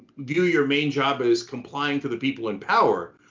view your main job ah as complying to the people in power,